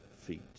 feet